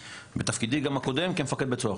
בכובעי הקודם הייתי מפקד כלא נפחה